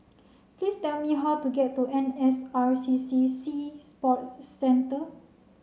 please tell me how to get to N S R C C Sea Sports Centre